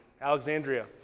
Alexandria